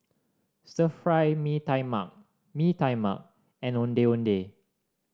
Stir Fry Mee Tai Mak Mee Tai Mak and Ondeh Ondeh